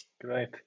great